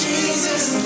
Jesus